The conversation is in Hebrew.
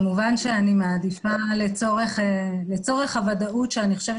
כמובן שאני מעדיפה לצורך הוודאות שאני חושבת